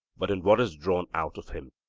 but in what is drawn out of him.